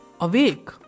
awake